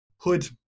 hood